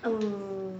um